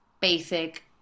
basic